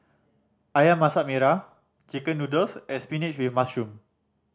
Ayam Masak Merah chicken noodles and spinach with mushroom